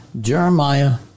Jeremiah